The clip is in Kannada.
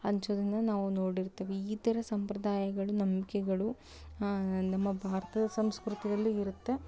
ಹಂಚೋದನ್ನು ನಾವು ನೋಡಿರ್ತೀವಿ ಈ ಥರ ಸಂಪ್ರದಾಯಗಳು ನಂಬಿಕೆಗಳು ನಮ್ಮ ಭಾರತದ ಸಂಸ್ಕೃತದಲ್ಲಿ ಇರುತ್ತೆ